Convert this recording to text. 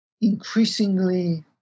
increasingly